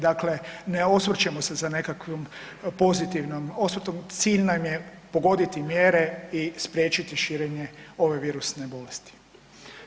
Dakle, ne osvrćemo se za nekakvim pozitivnim osvrtom, cilj nam je pogoditi mjere i spriječiti širenje ove virusne bolesti.